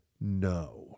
no